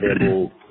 able